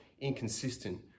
inconsistent